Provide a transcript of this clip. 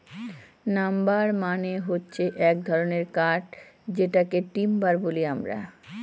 number মানে হচ্ছে এক ধরনের কাঠ যেটাকে টিম্বার বলি আমরা